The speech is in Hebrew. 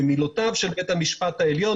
במילותיו של בית המשפט העליון,